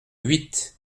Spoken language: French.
huit